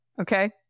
okay